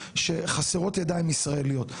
שחסרות ידיים ישראליות.